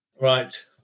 right